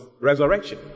resurrection